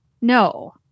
No